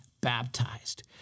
baptized